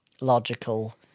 logical